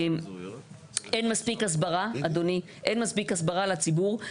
אין מספיק הסברה אדוני, אין מספיק הסברה לציבור.